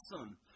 awesome